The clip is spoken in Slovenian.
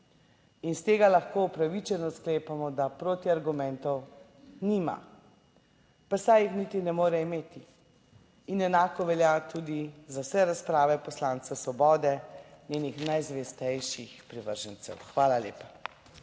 In iz tega lahko upravičeno sklepamo, da protiargumentov nima. Pa saj jih niti ne more imeti. In enako velja tudi za vse razprave poslanca Svobode, njenih najzvestejših privržencev. Hvala lepa.